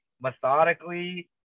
methodically